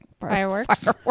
Fireworks